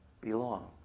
Belong